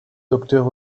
docteur